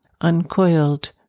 uncoiled